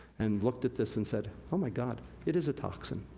and looked at this and said, oh my god, it is a toxin.